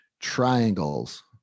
triangles